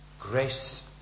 Grace